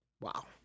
Wow